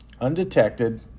undetected